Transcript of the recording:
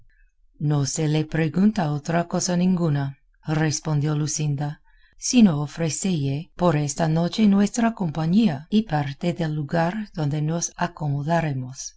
no se le pregunta otra cosa ninguna respondió luscinda sino ofrecelle por esta noche nuestra compañía y parte del lugar donde nos acomodáremos